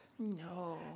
No